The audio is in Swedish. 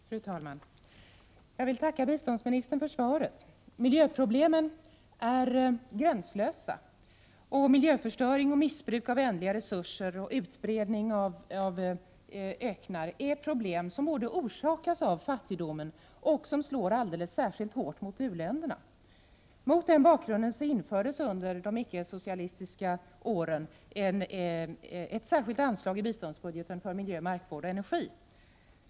Fru talman! Jag vill tacka biståndsministern för svaret. Miljöproblemen är gränslösa, och miljöförstöring, missbruk av stora resurser samt utbredning av öknar är problem som orsakas av fattigdomen och som slår särskilt hårt mot u-länderna. Mot den bakgrunden infördes under de icke-socialistiska åren ett särskilt anslag i biståndsbudgeten för miljö, markvård och energi.